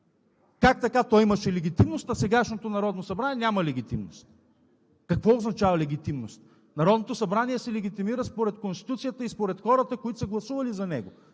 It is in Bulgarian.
Как така то имаше легитимност, а сегашното Народно събрание няма легитимност? Какво означава легитимност? Народното събрание се легитимира според Конституцията и според хората, които са гласували за него.